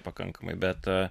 pakankamai bet